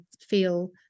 feel